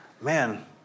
man